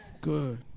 Good